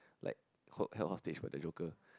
like hold held hostage by the Joker